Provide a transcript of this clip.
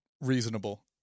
reasonable